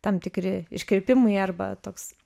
tam tikri iškreipimai arba toks